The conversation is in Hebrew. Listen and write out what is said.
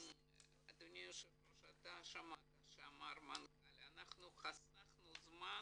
אדוני יושב הראש, שמעת שהמנכ"ל אמר שחסכנו זמן